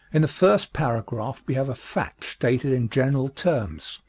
in the first paragraph we have a fact stated in general terms.